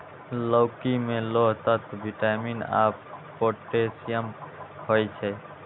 लौकी मे लौह तत्व, विटामिन आ पोटेशियम होइ छै